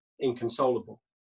inconsolable